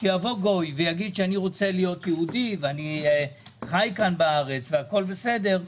שיבוא גוי ויגיד שאני רוצה להית יהודי ואני חי כאן בארץ והכול בסדר,